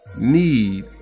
need